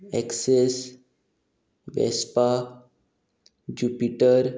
access Vespa jupiter